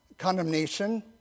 condemnation